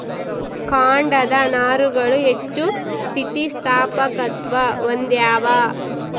ಕಾಂಡದ ನಾರುಗಳು ಹೆಚ್ಚು ಸ್ಥಿತಿಸ್ಥಾಪಕತ್ವ ಹೊಂದ್ಯಾವ